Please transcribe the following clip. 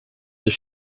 des